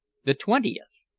the twentieth!